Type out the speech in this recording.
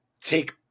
take